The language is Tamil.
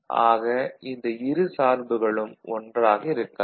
ஆக இந்த இரு சார்புகளும் ஒன்றாக இருக்காது